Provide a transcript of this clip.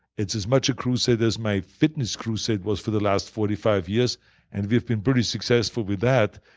it's as much a crusade as my fitness crusade was for the last forty five years and we've been pretty successful with that.